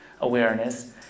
awareness